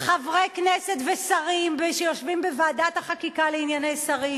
חברי כנסת ושרים שיושבים בוועדת שרים לענייני חקיקה,